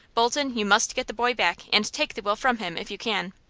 bolton, you must get the boy back, and take the will from him, if you can.